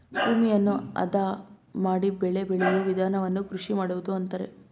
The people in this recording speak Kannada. ಭೂಮಿಯನ್ನು ಅದ ಮಾಡಿ ಬೆಳೆ ಬೆಳೆಯೂ ವಿಧಾನವನ್ನು ಕೃಷಿ ಮಾಡುವುದು ಅಂತರೆ